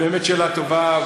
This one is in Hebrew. באמת שאלה טובה.